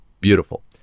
beautiful